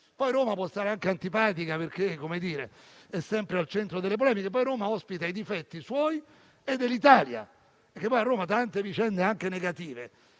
Roma può stare anche antipatica perché è sempre al centro delle polemiche. Peraltro, Roma ospita i difetti suoi e dell'Italia, perché a Roma tante vicende negative